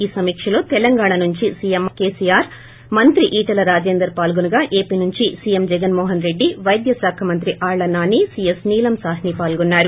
ఈ సమీక్షలో తెలంగాణ నుంచి సిఎం కేసీఆర్ మంత్రి ఈటల రాజేందర్ పాల్గొనగా ఏపీ నుంచి సిఎం జగన్ మోహన్ రెడ్డి వైద్య శాఖ మంత్రి ఆళ్ళ నాని సిఎస్ నీలం సాహ్ని పాల్గొన్నారు